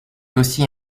aussi